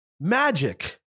Magic